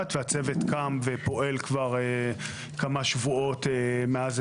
אז למה כל כך הרבה שנים לא הגענו לזה?